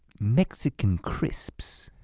mexican crisps.